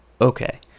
okay